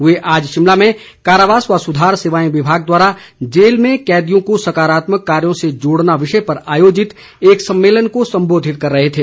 वे आज शिमला में कारावास व सुधार सेवाएं विभाग द्वारा जेल में कैदियों को सकारात्मक कार्यों से जोड़ना विषय पर आयोजित एक सम्मेलन को सम्बोधित कर रहे थे